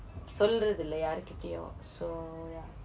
சொல்றது இல்லை யார்கிட்டயும்:solrathu illai yaarkittayum so ya